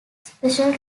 special